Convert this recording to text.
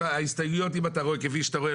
(היו"ר איתן גינזבורג) כפי שאתה רואה,